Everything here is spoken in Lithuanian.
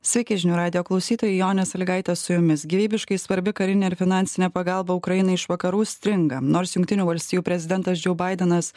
sveiki žinių radijo klausytojai jonė salygaitė su jumis gyvybiškai svarbi karinė ir finansinė pagalba ukrainai iš vakarų stringa nors jungtinių valstijų prezidentas džo baidenas